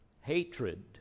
hatred